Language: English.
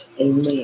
Amen